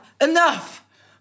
enough